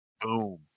Boom